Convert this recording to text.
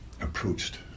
approached